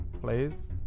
please